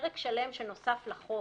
פרק שלם שנוסף לחוק